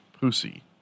pussy